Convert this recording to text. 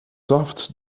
soft